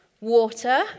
Water